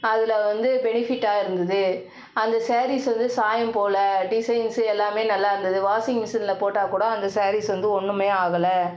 அதில் வந்து பெனிஃபிட்டாக இருந்தது அந்த ஸாரீஸ் வந்து சாயம் போகல டிசைன்ஸு எல்லாமே நல்லாருந்தது வாஸிங் மிசினில் போட்டால்கூட அந்த ஸாரீஸ் வந்து ஒன்றுமே ஆகலை